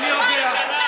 לא, זה נעים לשמוע.